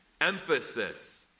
emphasis